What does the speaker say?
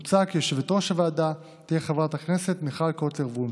מוצע כי יושבת-ראש הוועדה תהיה חברת הכנסת מיכל קוטלר וונש.